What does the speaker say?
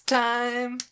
time